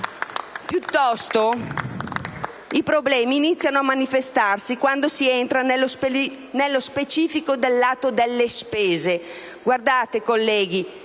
Piuttosto, i problemi iniziano a manifestarsi quando si entra nello specifico del lato delle spese.